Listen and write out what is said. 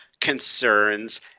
concerns